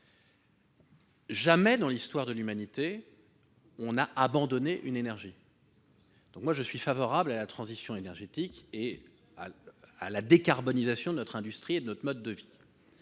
Jamais dans l'histoire de l'humanité, on n'a abandonné une énergie. Je suis favorable à la transition énergétique et à la décarbonisation de notre industrie et de notre mode de vie.